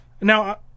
Now